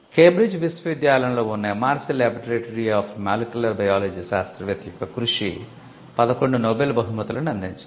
Cambridge విశ్వవిద్యాలయంలో ఉన్న MRC laboratory of molecular biology శాస్త్రవేత్త యొక్క కృషి 11 నోబెల్ బహుమతులను అందించింది